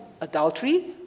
adultery